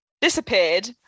disappeared